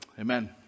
amen